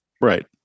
Right